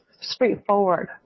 straightforward